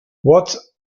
what